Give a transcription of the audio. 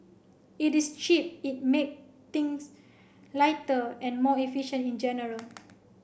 it is cheap it make things lighter and more efficient in general